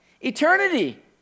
Eternity